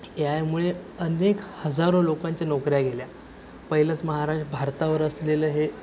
ए आयमुळे अनेक हजारो लोकांच्या नोकऱ्या गेल्या पहिलंच महाराष्ट्र भारतावर असलेलं हे